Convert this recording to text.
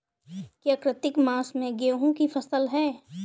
क्या कार्तिक मास में गेहु की फ़सल है?